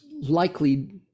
likely